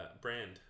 brand